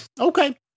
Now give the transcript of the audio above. Okay